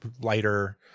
lighter